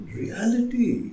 reality